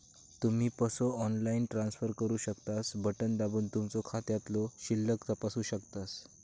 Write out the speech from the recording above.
तुम्ही पसो online transfer करू शकतास, बटण दाबून तुमचो खात्यातलो शिल्लक तपासू शकतास